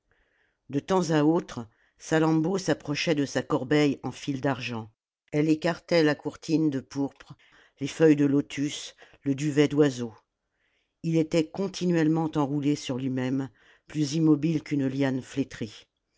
de temps à autre salammbô s'approchait de sa corbeille en fils d'argent elle écartait la courtine de pourpre les feuilles de lotus le duvet d'oiseau il était continuellement enroulé sur luimême plus immobile qu'une liane flétrie